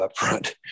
upfront